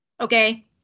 okay